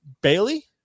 Bailey